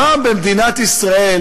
פעם במדינת ישראל